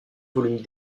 volumes